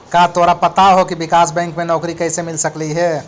का तोरा पता हो की विकास बैंक में नौकरी कइसे मिल सकलई हे?